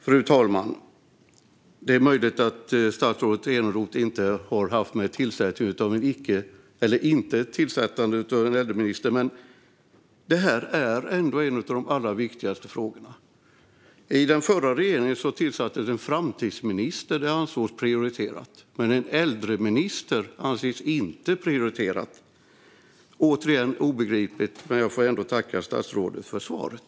Fru talman! Det är möjligt att statsrådet Eneroth inte har haft med den uteblivna tillsättningen av en äldreminister att göra, men detta är ändå en av de allra viktigaste frågorna. I den förra regeringen tillsattes en framtidsminister - det ansågs prioriterat, men en äldreminister anses inte prioriterat. Återigen: Det är obegripligt. Men jag får ändå tacka statsrådet för svaret.